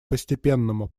постепенному